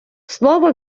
слово